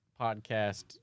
podcast